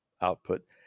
output